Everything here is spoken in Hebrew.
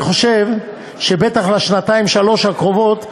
אני חושב שבטח לשנתיים-שלוש הקרובות,